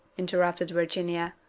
interrupted virginia